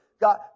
God